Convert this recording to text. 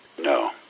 No